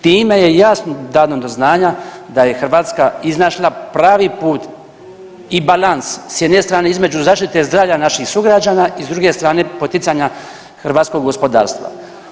Time je jasno dano do znanja da je Hrvatska iznašla pravi put i balans s jedne strane između zaštite zdravlja naših sugrađana i s druge strane poticanja hrvatskog gospodarstva.